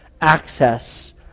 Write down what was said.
access